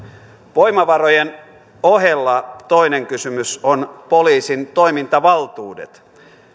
voimavarojen ohella toinen kysymys on poliisin toimintavaltuudet